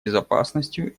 безопасностью